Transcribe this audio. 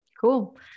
Cool